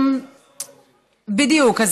בדיוק.